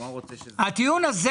הטיעון הזה,